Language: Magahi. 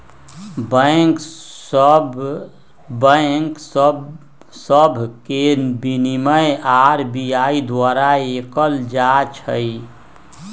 बैंक सभ के विनियमन आर.बी.आई द्वारा कएल जाइ छइ